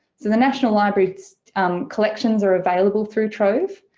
so the national library collections are available through trove,